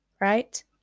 right